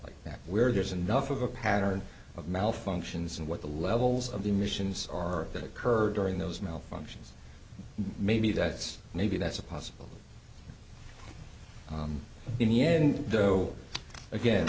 like that where there's enough of a pattern of malfunctions and what the levels of the missions or that occurred during those malfunctions maybe that's maybe that's a possible in the end though again